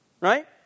Right